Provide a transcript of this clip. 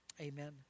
Amen